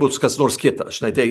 bus kas nors kita žinai tai